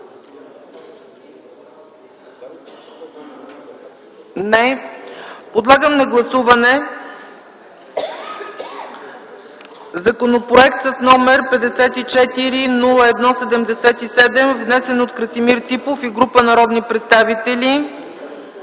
Не. Подлагам на гласуване Законопроект с № 54-01-77, внесен от Красимир Ципов и група народни представители.